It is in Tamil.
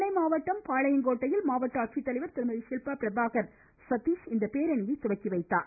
நெல்லை மாவட்டம் பாளையங்கோட்டையில் மாவட்ட ஆட்சித்தலைவர் திருமதி ஷில்பா பிரபாகர் சதீஷ் இப்பேரணியை தொடங்கி வைத்தார்